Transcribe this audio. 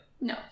No